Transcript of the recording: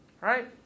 Right